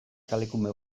kalekume